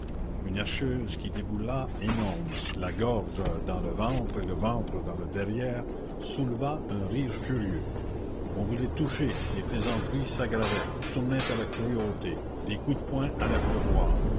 une herscheuse qui déboula énorme la gorge dans le ventre et le ventre dans le derrière souleva un rire furieux on voulait toucher les plaisanteries s'aggravaient tournaient à la cruauté des coups de poing allaient pleuvoir